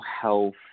health